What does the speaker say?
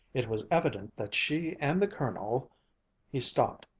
it was evident that she and the colonel he stopped,